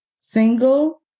single